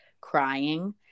crying